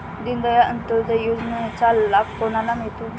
दीनदयाल अंत्योदय योजनेचा लाभ कोणाला मिळतो?